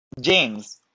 James